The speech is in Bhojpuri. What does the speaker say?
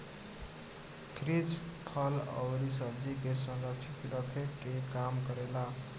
फ्रिज फल अउरी सब्जी के संरक्षित रखे के काम करेला